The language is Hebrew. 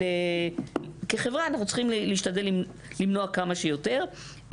כחברה אנחנו צריכים להשתדל למנוע כמה שיותר.